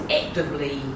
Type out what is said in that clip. actively